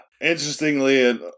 Interestingly